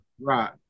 Right